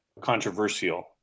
controversial